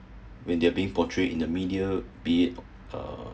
when they are being portrayed in the media be it uh